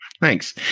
Thanks